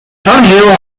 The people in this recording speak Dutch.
vangrail